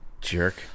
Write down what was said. Jerk